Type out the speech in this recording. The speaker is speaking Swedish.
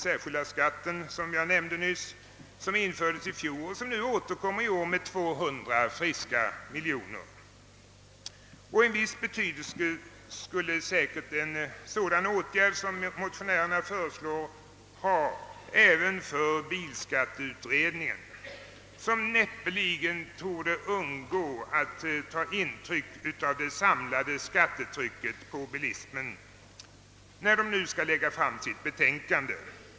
Vi behöver bara tänka på den särskilda skatt som infördes i fjol och som nu föreslås tillföra statskassan 200 friska miljoner. En viss betydelse skulle den åtgärd som : motionärerna föreslår säkerligen också ha för bilskatteutredningen, som näppeligen torde undgå att ta hänsyn till det samlade skattetrycket på bilismen när den skall framlägga sitt betänkande.